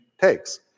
takes